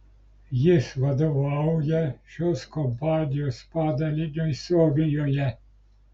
jis vadovauja šios kompanijos padaliniui suomijoje